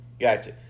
Gotcha